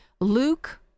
Luke